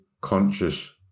conscious